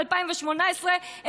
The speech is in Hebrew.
ב-2018,